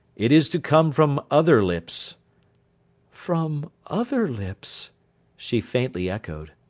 it is to come from other lips from other lips she faintly echoed.